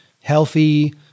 healthy